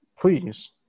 please